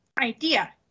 idea